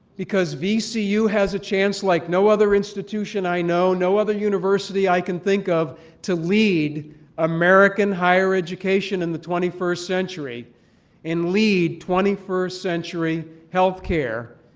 because vcu has a chance like no other institution i know, no other university i can think of to lead american higher education in the twenty first century and lead twenty first century health care